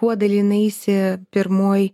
kuo dalinaisi pirmoj